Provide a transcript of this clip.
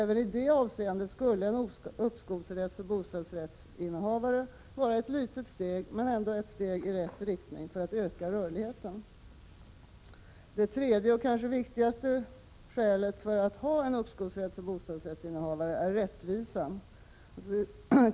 Även i det avseendet skulle uppskovsrätten för bostadsrättsinnehavare vara ett litet steg, men ändå ett steg, i rätt riktning, för att öka rörligheten. Det tredje och kanske viktigaste skälet till att införa uppskovsrätt för bostadsrättsinnehavare är rättvisan.